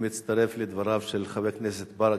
לצפון,